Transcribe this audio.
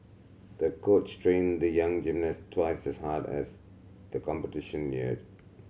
the coach trained the young gymnast twice as hard as the competition neared